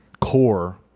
core